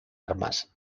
armas